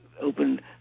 opened